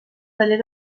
taller